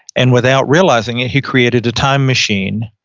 and without realizing it, he created a time machine,